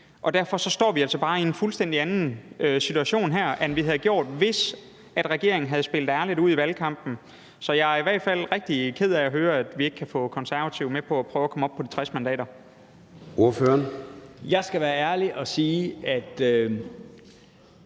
Derfor står vi altså bare i en fuldstændig anden situation her, end vi havde gjort, hvis regeringen havde spillet ærligt ud i valgkampen. Så jeg er i hvert fald rigtig ked af at høre, at vi ikke kan få Konservative med på at prøve at komme op på de 60 mandater. Kl. 16:16 Formanden (Søren Gade):